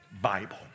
Bible